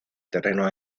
terreno